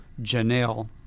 Janelle